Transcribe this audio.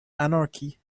anarchy